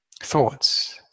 thoughts